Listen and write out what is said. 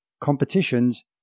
competitions